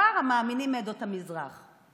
ובעיקר המאמינים מעדות המזרח.